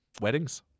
weddings